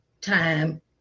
time